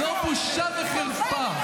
זו בושה וחרפה.